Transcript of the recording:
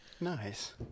nice